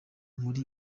muri